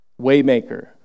Waymaker